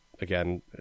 again